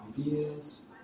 ideas